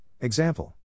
example